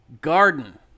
garden